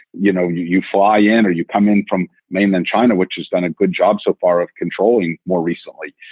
you know, you you fly and or you come in from mainland china, which has done a good job so far of controlling more recently.